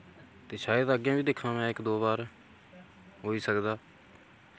ते शायद अग्गें वि दिक्खां में इक दो बार होई सकदा